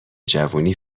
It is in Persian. جوونی